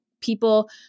people